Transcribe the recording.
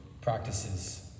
practices